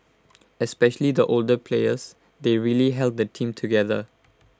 especially the older players they really held the team together